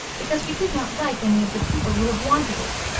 because we did not like any of the people who have wanted it.